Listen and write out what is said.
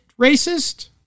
racist